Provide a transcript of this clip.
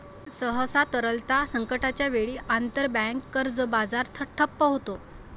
सहसा, तरलता संकटाच्या वेळी, आंतरबँक कर्ज बाजार ठप्प होतो